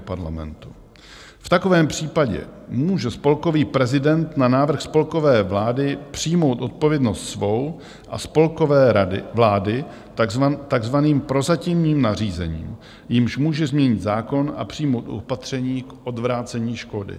V takovém případě může spolkový prezident na návrh spolkové vlády přijmout odpovědnost svou a Spolkové rady, vlády, takzvaným prozatímním nařízením, jímž může změnit zákon a přijmout opatření k odvrácení škody.